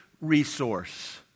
resource